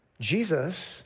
Jesus